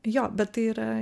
jo bet tai yra